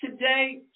Today